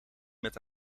met